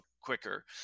quicker